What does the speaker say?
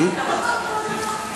תמיד הוא מציל את המצב.